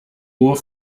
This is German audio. uhr